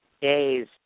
days